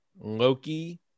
Loki